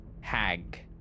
hag